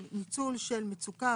ניצול של מצוקה,